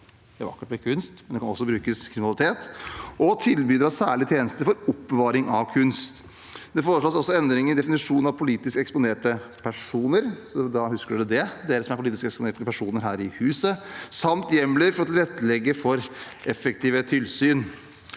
det er vakkert med kunst, men den kan også brukes til kriminalitet – og tilbydere av særlige tjenester for oppbevaring av kunst. Det foreslås også endringer i definisjonen av politisk eksponerte personer – så da husker dere det, dere som er politisk eksponerte personer her i huset – samt hjemler for å tilrettelegge for effektive tilsyn.